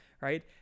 right